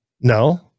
no